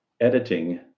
editing